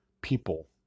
people